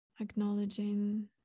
acknowledging